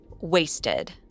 wasted